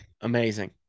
Amazing